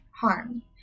harm